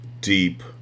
deep